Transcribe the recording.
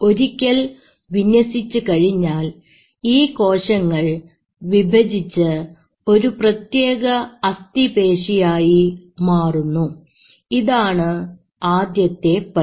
ഒരിക്കൽ വിന്യസിച്ചു കഴിഞ്ഞാൽ ഈ കോശങ്ങൾ വിഭജിച്ച് ഒരു പ്രത്യേക അസ്ഥി പേശി ആയി മാറുന്നു ഇതാണ് ആദ്യത്തെ പടി